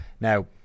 Now